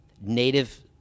native